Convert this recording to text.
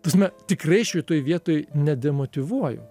ta prasme tikrai šitoj vietoj nedemotyvuoju